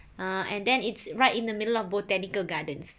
uh and then it's right in the middle of botanical gardens